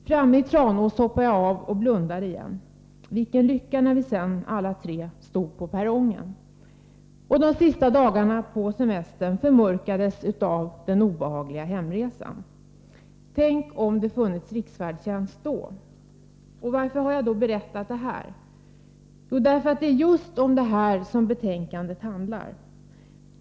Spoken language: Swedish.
Framme i Tranås hoppade jag av och blundade igen. Vilken lycka när vi sedan alla tre stod på perrongen! Och de sista dagarna på semestern förmörkades av den obehagliga hemresan. Tänk om det hade funnits riksfärdtjänst då! Varför har jag berättat detta? Jo, det är just om detta som betänkandet handlar.